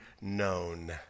known